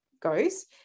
goes